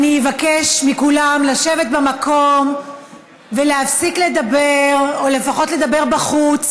אבקש מכולם לשבת במקום ולהפסיק לדבר או לפחות לדבר בחוץ.